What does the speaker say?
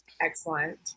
excellent